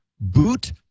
boot